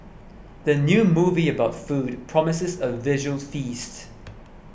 the new movie about food promises a visual feast